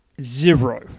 Zero